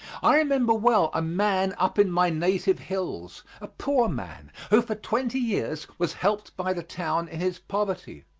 i remember well a man up in my native hills, a poor man, who for twenty years was helped by the town in his poverty,